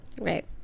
Right